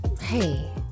Hey